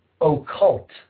occult